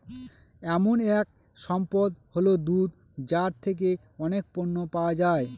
এমন এক সম্পদ হল দুধ যার থেকে অনেক পণ্য পাওয়া যায়